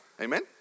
Amen